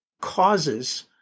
causes